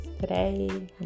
today